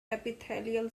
epithelial